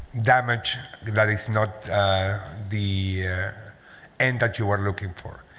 damage that is not the end that you are looking for.